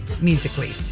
musically